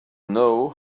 know